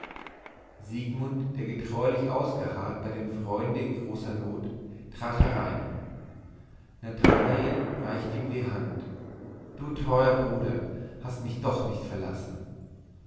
siegmund der getreulich ausgeharrt bei dem freunde in großer not trat herein nathanael reichte ihm die hand du treuer bruder hast mich doch nicht verlassen